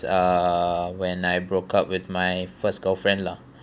uh when I broke up with my first girlfriend lah